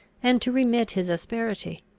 and to remit his asperity.